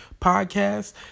podcast